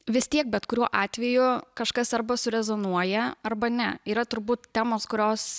vis tiek bet kuriuo atveju kažkas arba surezonuoja arba ne yra turbūt temos kurios